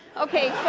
okay.